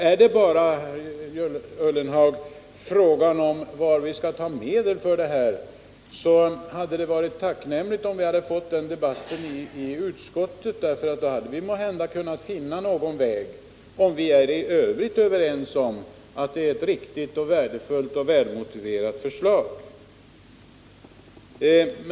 Är det bara, Jörgen Ullenhag, fråga om var vi skall ta medlen för denna verksamhet hade det varit tacknämligt om vi fått den debatten i utskottet. för då hade vi måhända kunnat finna någon utväg. Vi är i övrigt överens om att det är ett riktigt och värdefullt och välmotiverat förslag.